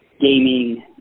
gaming